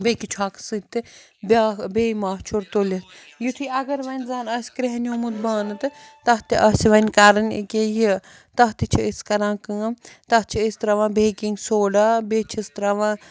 بیٚکہِ چھۄکہٕ سۭتۍ تہِ بیٛاکھ بیٚیہِ ماچھُر تُلِتھ یُتھُے اَگر وۄنۍ زَنہٕ آسہِ کرٛیٚہنیومُت بانہٕ تہٕ تَتھ تہِ آسہِ وۄنۍ کَرٕنۍ ییٚکیٛاہ یہِ تَتھ تہِ چھِ أسۍ کَران کٲم تَتھ چھِ أسۍ ترٛاوان بیکِنٛگ سوڈا بیٚیہِ چھِس ترٛاوان